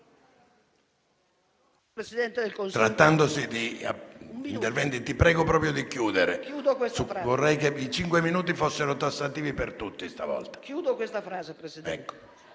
Presidente del Consiglio,